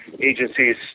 agencies